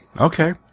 okay